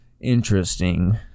Interesting